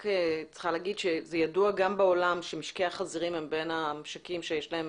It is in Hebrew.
זה ידוע גם בעולם שמשקי החזירים הם בין הממשקים שיש להם